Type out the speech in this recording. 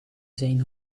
zijn